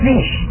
Fish